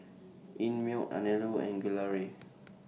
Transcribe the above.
Einmilk Anello and Gelare